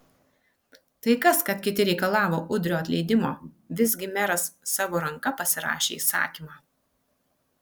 tai kas kad kiti reikalavo udrio atleidimo visgi meras savo ranka pasirašė įsakymą